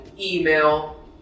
email